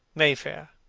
mayfair.